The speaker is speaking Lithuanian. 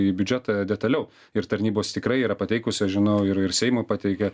į biudžetą detaliau ir tarnybos tikrai yra pateikusios žinau ir ir seimui pateikė